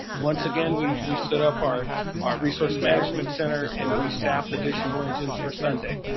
once again, we we stood up our our resource management center, and we staffed additional engines for sunday.